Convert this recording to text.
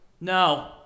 No